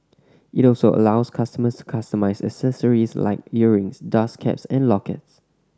it also allows customers to customise accessories like earrings dust caps and lockets